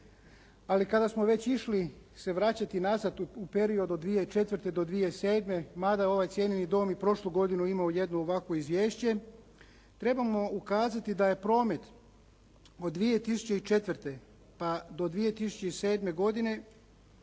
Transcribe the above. ali kada smo već išli se vraćati nazad u period od 2004. do 2007. mada je ovaj cijenjeni dom i prošlu godinu imao jedno ovakvo izvješće trebamo ukazati da je promet od 2004. pa do 2007. godine